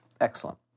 Excellent